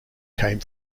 came